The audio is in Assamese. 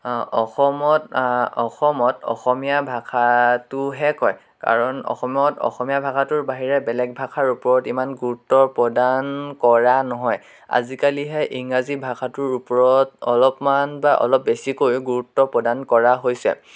অসমত অসমত অসমীয়া ভাষাটোহে কয় কাৰণ অসমত অসমীয়া ভাষাটোৰ বাহিৰে বেলেগ ভাষাৰ ওপৰত ইমান গুৰুত্ব প্ৰদান কৰা নহয় আজিকালিহে ইংৰাজী ভাষাটোৰ ওপৰত অলপমান বা অলপ বেছিকৈ গুৰুত্ব প্ৰদান কৰা হৈছে